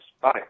bye